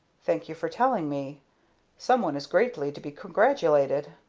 thank you for telling me some one is greatly to be congratulated,